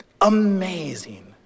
amazing